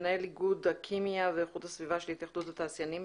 מנהל איגוד הכימיה ואיכות הסביבה של התאחדות התעשיינים.